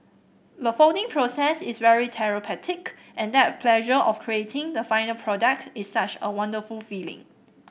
the folding process is very therapeutic and that pleasure of creating the final product is such a wonderful feeling